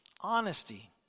honesty